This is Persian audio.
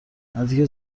نزدیک